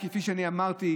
כפי שאני אמרתי,